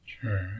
Sure